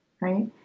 Right